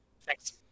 Thanks